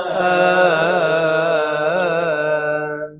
a